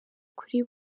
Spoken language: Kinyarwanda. kuri